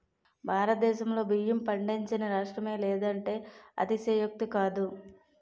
భారతదేశంలో బియ్యం పండించని రాష్ట్రమే లేదంటే అతిశయోక్తి కాదు